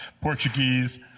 portuguese